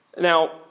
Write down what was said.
Now